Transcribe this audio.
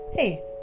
Hey